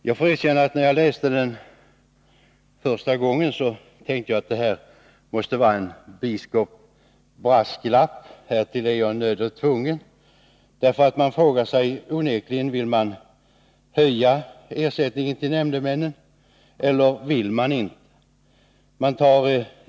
Jag får erkänna att när jag läste den första gången, så tänkte jag att detta måste vara en brasklapp — ”härtill är jag nödd och tvungen”. Man frågar sig onekligen: Vill reservanterna höja ersättningen till nämndemännen, eller vill de inte det?